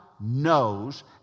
knows